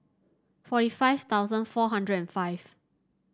forty five thousand four hundred and five